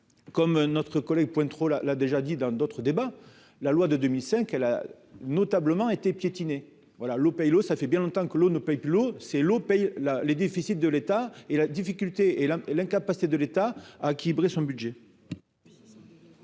comme notre collègue Pointereau là, l'a déjà dit dans d'autres débats, la loi de 2005, elle a notablement été piétinés, voilà l'eau paye l'eau, ça fait bien longtemps que l'eau ne paye plus l'eau, c'est l'eau paye là les déficits de l'État et la difficulté et la l'incapacité de l'État a qui Bresson, budget.